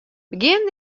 begjin